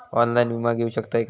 Online विमा घेऊ शकतय का?